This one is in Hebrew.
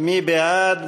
מי בעד?